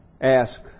ask